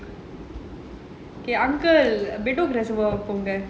okay uncle bedok reservoir போங்க:ponga